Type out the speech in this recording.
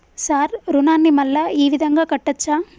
Sir రుణాన్ని మళ్ళా ఈ విధంగా కట్టచ్చా?